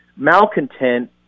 malcontent